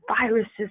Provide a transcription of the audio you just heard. viruses